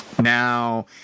Now